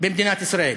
במדינת ישראל.